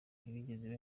ntibigeze